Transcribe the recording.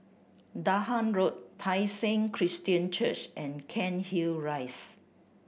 Dahan Road Tai Seng Christian Church and Cairnhill Rise